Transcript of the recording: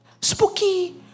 Spooky